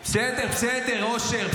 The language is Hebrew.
בסדר, בסדר, אושר.